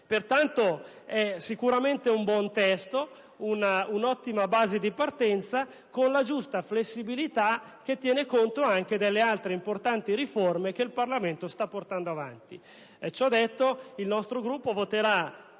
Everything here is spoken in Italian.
è sicuramente un buono testo e un'ottima base di partenza con la giusta flessibilità per tenere conto anche delle altre importanti riforme che il Parlamento sta portando avanti.